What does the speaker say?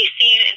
seen